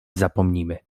zapomnimy